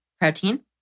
protein